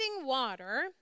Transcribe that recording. water